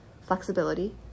flexibility